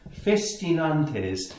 festinantes